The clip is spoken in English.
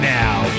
now